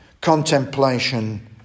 contemplation